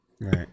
Right